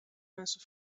mensen